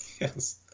Yes